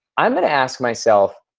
i'm gonna ask myself,